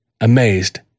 amazed